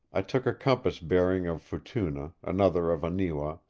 i took a compass bearing of futuna, another of aniwa,